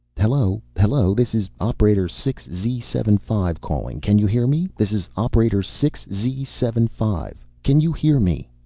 hello! hello! this is operator six z seven five calling. can you hear me? this is operator six z seven five. can you hear me?